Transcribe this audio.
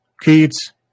kids